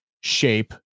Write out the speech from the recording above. shape